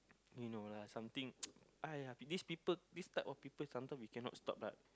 you know lah something !aiya! this people this type of people sometime we cannot stop lah